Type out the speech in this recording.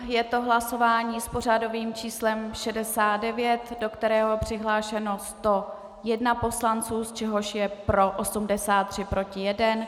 Je to hlasování s pořadovým číslem 69, do kterého je přihlášeno 101 poslanců, z čehož je pro 83, proti 1.